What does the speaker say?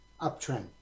uptrend